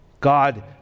God